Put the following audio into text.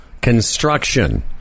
construction